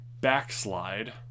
backslide